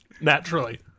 naturally